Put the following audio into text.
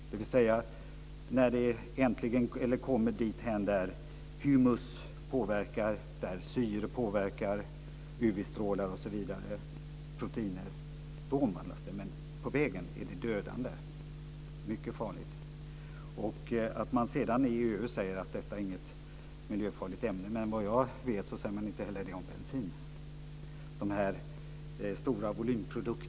När det äntligen kommer dithän att humus, syre och proteiner påverkar formalinet omvandlas det, men på vägen dit är det dödligt farligt. Från EU sägs att detta inte är något miljöfarligt ämne, men såvitt jag vet säger man inte heller detta om bensin.